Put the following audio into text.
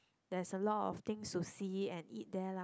there's a lot of things to see and eat there lah